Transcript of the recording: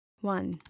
One